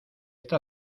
está